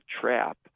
trap